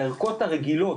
הערכות הרגילות